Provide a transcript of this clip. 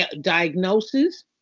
diagnosis